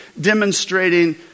demonstrating